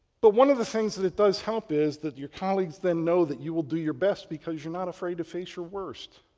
but one of the things that it does help is that your colleagues then know that you will do your best because you're not afraid to face your worst.